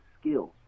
skills